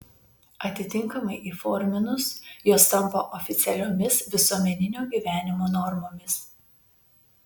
atitinkamai įforminus jos tampa oficialiomis visuomeninio gyvenimo normomis